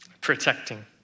protecting